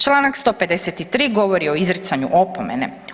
Čl. 152 govori o izricanju opomene.